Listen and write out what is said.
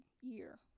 year